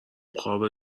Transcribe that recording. خوابه